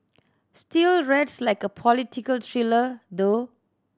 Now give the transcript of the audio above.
still reads like a political thriller though